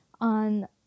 on